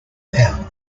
pounds